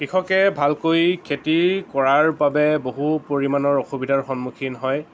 কৃষকে ভালকৈ খেতি কৰাৰ বাবে বহু পৰিমাণৰ অসুবিধাৰ সন্মুখীন হয়